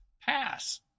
pass